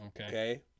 okay